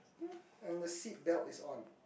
and the seatbelt is on